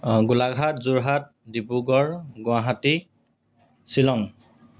অঁ গোলাঘাট যোৰহাট ডিব্ৰুগড় গুৱাহাটী শ্বিলং